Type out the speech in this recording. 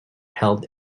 held